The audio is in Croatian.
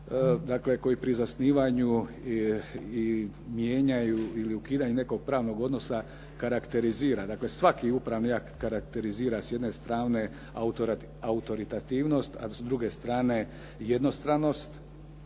dakle koji pri zasnivanju i mijenjanju ili ukidanju nekog pravnog odnosa karakterizira. Dakle, svaki upravni akt karakterizira s jedne strane autoritativnost, a s druge strane jednostranost.